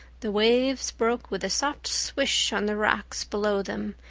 the waves broke with a soft swish on the rocks below them,